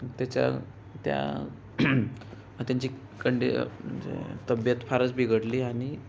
त्याच्या त्या त्याची कंडि म्हणजे तब्येत फारच बिघडली आणि